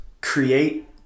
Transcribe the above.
create